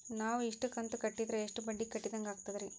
ನಾವು ಇಷ್ಟು ಕಂತು ಕಟ್ಟೀದ್ರ ಎಷ್ಟು ಬಡ್ಡೀ ಕಟ್ಟಿದಂಗಾಗ್ತದ್ರೀ?